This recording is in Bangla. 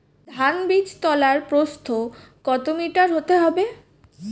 ধান বীজতলার প্রস্থ কত মিটার হতে হবে?